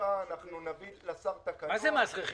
נביא לשר תקנות.